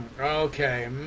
Okay